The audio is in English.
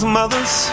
mothers